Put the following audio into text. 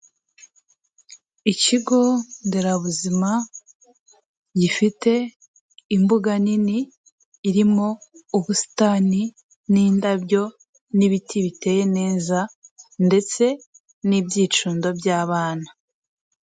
Ikigo nderabuzima gifite imbuga nini irimo ubusitani n'indabyo n'ibiti biteye neza ndetse n'ibyicundo by'abana.